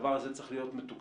הדבר הזה צריך להיות מתוקנן.